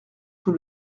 sous